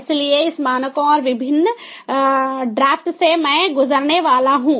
इसलिए इन मानकों और विभिन्न ड्राफ्ट से मैं गुजरने वाला हूं